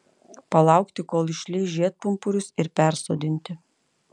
palaukti kol išleis žiedpumpurius ir persodinti